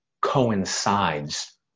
coincides